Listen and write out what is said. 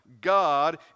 God